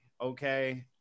okay